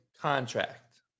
contract